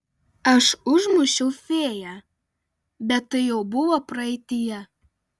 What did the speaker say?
aš užmušiau fėją bet tai jau buvo praeityje